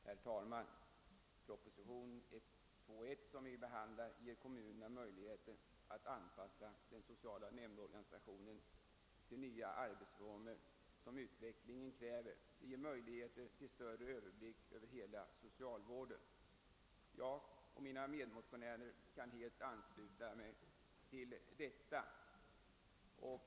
Herr talman! Propositionen 121 som vi nu behandlar ger kommunerna möjlighet att anpassa den sociala nämndorganisationen till de nya arbetsformer som utvecklingen kräver och att skaffa sig större överblick över hela socialvården. Jag och mina medmotionärer kan helt ansluta oss till detta.